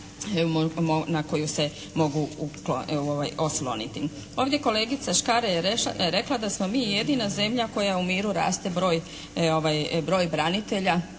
na koju se mogu osloniti. Ovdje kolegica Škare je rekla da smo mi jedina zemlja koja u miru raste broj branitelja.